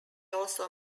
also